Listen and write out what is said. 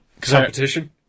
competition